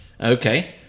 Okay